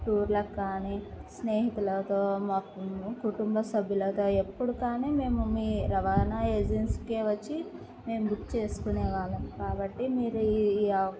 టూర్లకి కానీ స్నేహితులతో మా కుటుంబ సభ్యులతో ఎప్పుడు కానీ మేము మీ రవాణా ఏజెన్సీకే వచ్చి మేము బుక్ చేసుకునే వాళ్ళము కాబట్టి మీరు ఈ